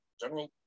general